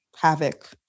havoc